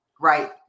Right